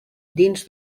dins